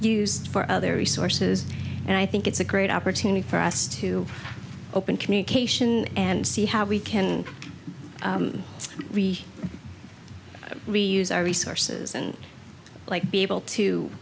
sed for other resources and i think it's a great opportunity for us to open communication and see how we can we reuse our resources and like be able to